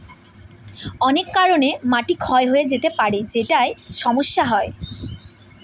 অনেক কারনে মাটি ক্ষয় হয়ে যেতে পারে যেটায় সমস্যা হয়